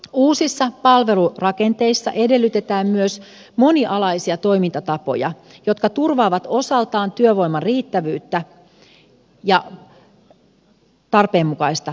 uusissa palvelurakenteissa edellytetään myös monialaisia toimintatapoja jotka turvaavat osaltaan työvoiman riittävyyttä ja tarpeenmukaista käyttöä